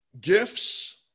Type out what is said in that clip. gifts